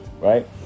right